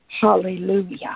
Hallelujah